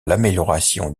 l’amélioration